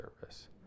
service